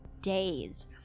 days